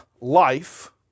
life